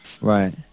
right